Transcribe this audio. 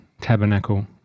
Tabernacle